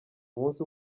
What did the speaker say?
umunsi